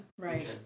right